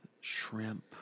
Shrimp